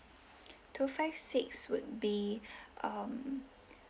two five six would be um